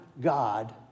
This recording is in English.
God